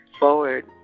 forward